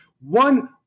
one